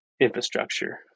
infrastructure